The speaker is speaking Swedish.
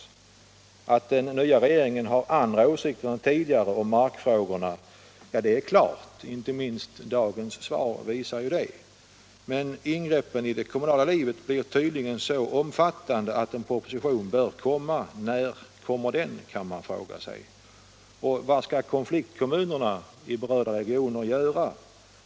Det är klart att den nya regeringen har andra åsikter än den tidigare om markfrågorna, det visar inte minst dagens svar. Men ingreppen i det kommunala livet blir tydligen så omfattande att en proposition bör läggas fram. När kommer den? Och vad skall konfliktkommunerna i berörda regioner göra?